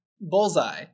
Bullseye